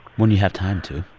when you have time to?